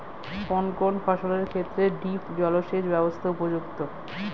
কোন কোন ফসলের ক্ষেত্রে ড্রিপ জলসেচ ব্যবস্থা উপযুক্ত?